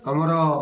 ଆମର